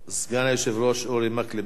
סגן היושב-ראש, אורי מקלב, בבקשה.